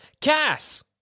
Cass